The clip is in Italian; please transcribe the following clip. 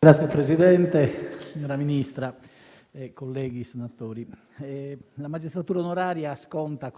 Signor Presidente, signora Ministra, colleghi senatori, com'è noto, la magistratura onoraria sconta